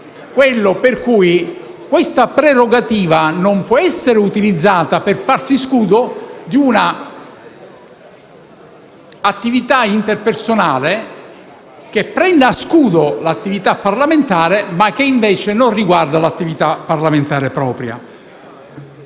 quella per cui questa prerogativa non può essere utilizzata per farsi scudo di un'attività interpersonale che si nasconda dietro l'attività parlamentare ma che invece non riguarda l'attività parlamentare propria.